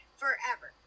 forever